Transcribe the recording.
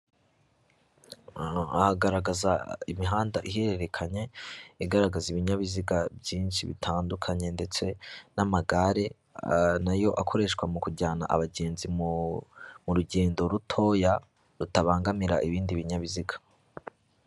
Aha hagaragaza imihanda ihererekanya igaragaza ibinyabiziga byinshi bitandukanye ndetse n'amagare nayo akoreshwa mu kujyana abagenzi mu rugendo rutoya rutabangamira ibindi binyabiziga.